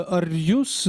ar jūs